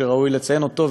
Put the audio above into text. שראוי לציין אותו,